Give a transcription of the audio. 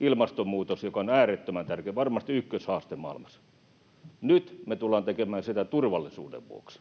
Ilmastonmuutos on äärettömän tärkeä, varmasti ykköshaaste maailmassa. Nyt me tullaan tekemään sitä turvallisuuden vuoksi.